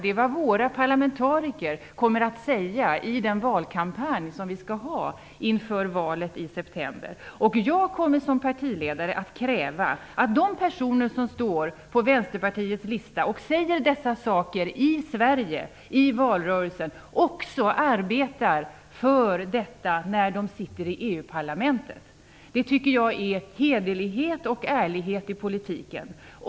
Det är vad våra parlamentariker kommer att säga i den valkampanj som vi skall ha inför valet i september. Jag kommer som partiledare att kräva att de personer som står på Vänsterpartiets lista och säger dessa saker i valrörelsen i Sverige också arbetar för detta när de sitter i EU-parlamentet. Jag tycker att det är hederlighet och ärlighet i politiken.